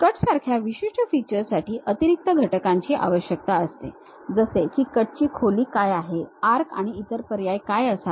cut सारख्या विशिष्ट feature साठी अतिरिक्त घटकांची आवश्यकता असते जसे की कटची खोली काय आहे आर्क आणि इतर पर्याय काय असावेत